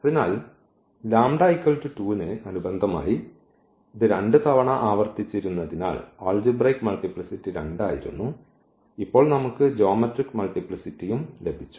അതിനാൽ ആ λ 2 ന് അനുബന്ധമായി ഇത് 2 തവണ ആവർത്തിച്ചിരുന്നതിനാൽ ആൾജിബ്രയ്ക് മൾട്ടിപ്ലിസിറ്റി 2 ആയിരുന്നു ഇപ്പോൾ നമുക്ക് ജ്യോമട്രിക് മൾട്ടിപ്ലിസിറ്റിയും ലഭിച്ചു